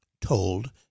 told